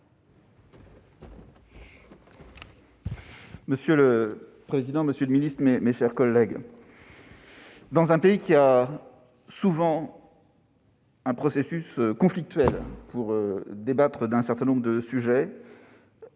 Monsieur le président, monsieur le ministre, mes chers collègues, dans un pays qui débat souvent de façon conflictuelle d'un certain nombre de sujets,